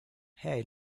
hair